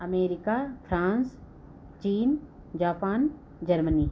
America France China Japan Germany